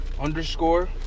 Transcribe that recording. underscore